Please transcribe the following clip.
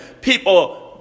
people